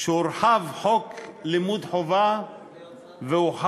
שבו הורחב חוק לימוד חובה והוחל